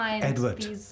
Edward